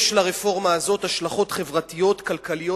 יש לרפורמה הזאת השלכות חברתיות, כלכליות